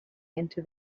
into